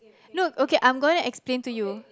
no it's okay I'm going to explain to you